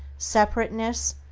separateness,